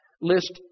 list